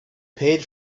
paid